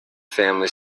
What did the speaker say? family